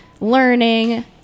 learning